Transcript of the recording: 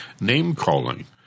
name-calling